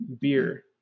beer